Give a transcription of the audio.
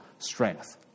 strength